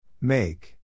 Make